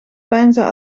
peinzen